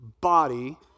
body